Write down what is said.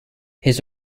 his